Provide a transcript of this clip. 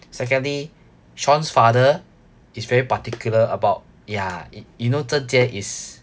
secondly shawn's father is very particular about ya you know zheng jie is